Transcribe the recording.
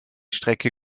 strecke